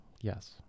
yes